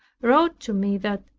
wrote to me that,